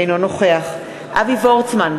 אינו נוכח אבי וורצמן,